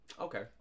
Okay